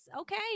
okay